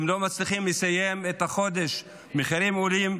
הם לא מצליחים לסיים את החודש, המחירים עולים,